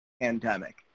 pandemic